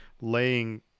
laying